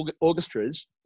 orchestras